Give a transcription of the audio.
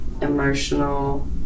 emotional